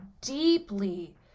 deeply